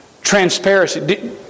Transparency